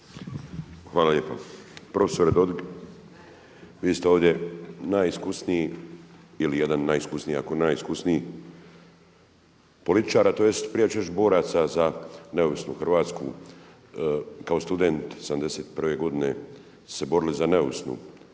Hvala lijepa. Profesore Dodig vi ste ovdje najiskusniji, ili jedan od najiskusnijih političara tj. ja ću reći boraca za neovisnu Hrvatsku. Kao student '71. godine ste se borili za neovisnu